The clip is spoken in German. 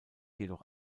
jedoch